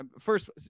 first